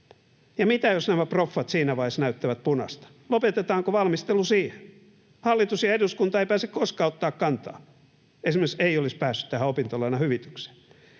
Ja mitä jos nämä proffat siinä vaiheessa näyttävät punaista — lopetetaanko valmistelu siihen? Hallitus ja eduskunta eivät pääse koskaan ottamaan kantaa, esimerkiksi ei olisi päässyt tähän opintolainahyvitykseen.